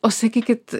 o sakykit